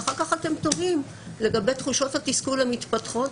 ואחר כך אתם תוהים לגבי תחושות התסכול המתפתחות.